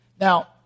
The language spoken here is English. Now